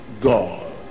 God